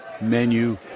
menu